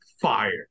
fire